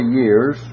years